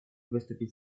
выступить